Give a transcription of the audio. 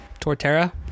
Torterra